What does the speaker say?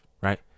right